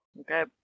Okay